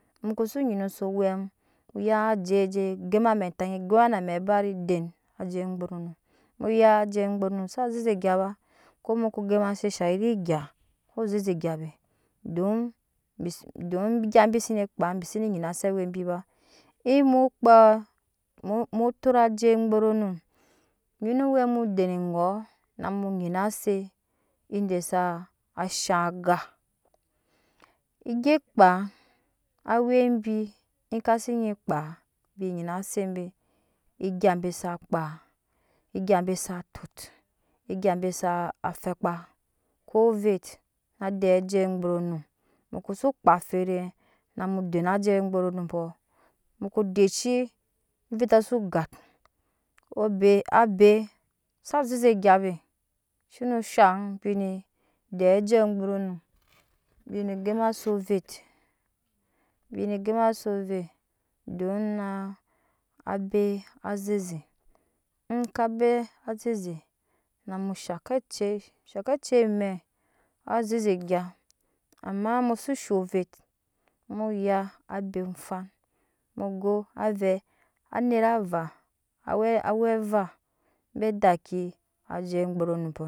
Mu ko se nyi se owɛ muya oje je gema na amɛ tanyi gema na amɛ barip aden ajei gburunum muya ajei gbruunm saa zeze gya be komu gema se shari gya don bise gya bi sene kpaa bise ne nyina se awɛ bi ba emu kpe mu tot ajei gburunum nyina owɛ mu den egɔɔ na mu nyina se ede saa ashaŋ aga ege kpa awɛ bi in ka se nyi kpaa bi nyi se be egya be sa kpa egya be sa tot egya be fekpa ko ovep na den ajei gburunum mukose kpaa feram na den ajei gburunumpɔ muko de ci oveto ko so gat obe ab zo zeze gya be shine shaŋ bine den ajei gburunum bine gema se ovetbine gema so ovet don na abe aze ze in ka be azeze namu shake aci shake acei me na zeze gya amma musu shoco ovet muya abe ofan mu go avɛ anetra vaa awɛ vaa bɛ dakki ajei gburunumpɔ